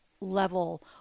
level